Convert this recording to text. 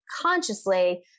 consciously